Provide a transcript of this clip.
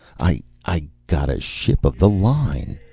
i i got a ship of the line.